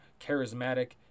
charismatic